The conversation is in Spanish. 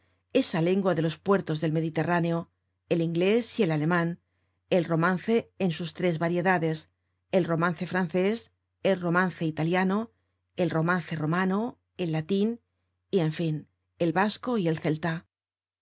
esa lengua de los puertos del mediterráneo el inglés y el aleman el romance en sus tres variedades el romance francés el romance italiano el romance romano el latin y en fin el vasco y el celta